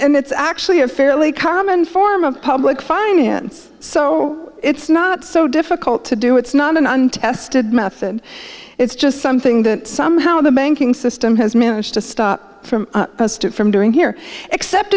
it's actually a fairly common form of public finance so it's not so difficult to do it's not an untested method it's just something that somehow the banking system has managed to stop from from doing here except